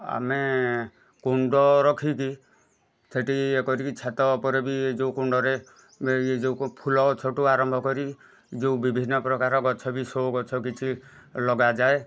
ଆମେ କୁଣ୍ଡ ରଖିକି ସେଠି ଇଏ କରିକି ଛାତ ଉପରେ ବି ଯେଉଁ କୁଣ୍ଡରେ ଇଏ ଯେଉଁ ଫୁଲ ଗଛଠୁ ଆରମ୍ଭ କରି ଯେଉଁ ବିଭିନ୍ନ ପ୍ରକାର ଗଛ ବି ଶୋ ଗଛ କିଛି ଲଗାଯାଏ